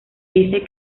dice